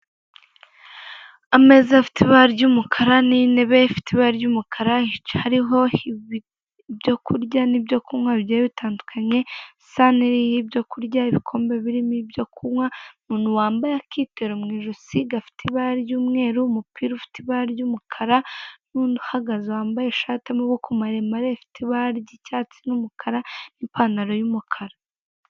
Ubwo wibajije ikoranabuhanga ni byiza cyane kuko nanone ukugira ubunebwe ntabwo ujya uva mu rugo ngo ubashe kutemberera n'ahantu dutuye uko hameze ariko nanone birafasha niyo unaniwe ntabwo ushobora kuva iwanyu unaniwe cyangwa utashye bwije ngo ujye ku isoko guhaha. Nkuko ubibone iki ni ikirango kerekana imyenda y'iminyarwanda n'inkweto zikorerwa mu rwanda nawe wabyihangira